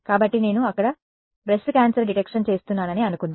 కాబట్టి నేను అక్కడ బ్రెస్ట్ క్యాన్సర్ డిటెక్షన్ చేస్తున్నానని అనుకుందాం